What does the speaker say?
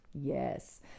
yes